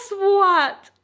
what!